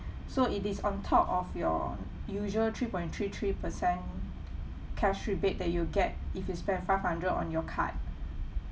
so it is on top of your usual three point three three percent cash rebate that you get if you spend five hundred on your card